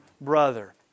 brother